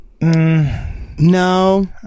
No